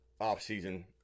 offseason